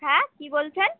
হ্যাঁ কী বলছেন